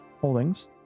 Holdings